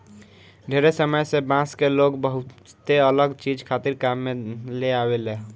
ढेरे समय से बांस के लोग बहुते अलग चीज खातिर काम में लेआवेला